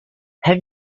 have